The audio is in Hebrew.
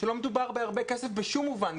שלא מדובר בהרבה כסף בשום מובן.